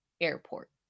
airport